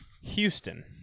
Houston